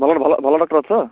ଭଲ ଭଲ ଭଲ ଡକ୍ଟର୍ ଅଛି ତ